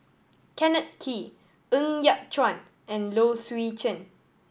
Kenneth Kee Ng Yat Chuan and Low Swee Chen